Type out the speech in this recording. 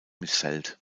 missfällt